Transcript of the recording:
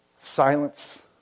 Silence